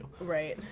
Right